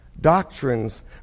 Doctrines